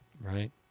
Right